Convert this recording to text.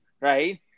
right